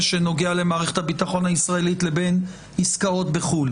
שנוגע למערכת הביטחון הישראלית לבין עסקאות בחוץ לארץ.